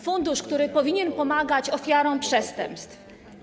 Fundusz, który powinien pomagać ofiarom przestępstw.